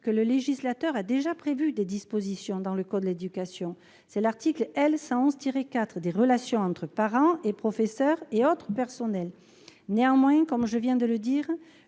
que le législateur a déjà prévu des dispositions dans le code de l'éducation : il s'agit de l'article L. 111-4, qui traite des relations entre les parents, les professeurs et les autres personnels. Néanmoins, comme je viens de le dire,